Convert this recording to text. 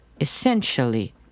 essentially